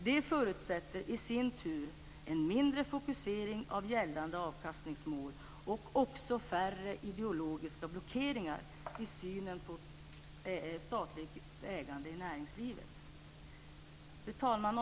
Det förutsätter i sin tur en mindre fokusering på gällande avkastningsmål och också färre ideologiska blockeringar i synen på statligt ägande i näringslivet. Fru talman!